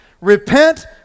repent